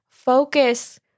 Focus